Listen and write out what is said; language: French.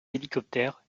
hélicoptères